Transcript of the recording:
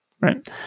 right